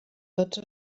tots